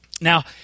Now